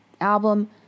album